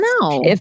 No